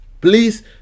Please